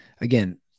again